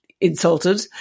insulted